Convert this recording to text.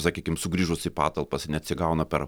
sakykim sugrįžus į patalpas neatsigauna per